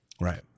Right